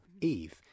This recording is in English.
Eve